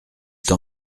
t’en